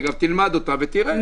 --- תלמד אותה ותראה.